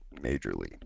Majorly